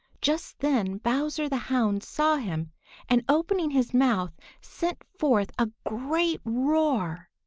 just then bowser the hound saw him and opening his mouth sent forth a great roar.